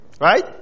Right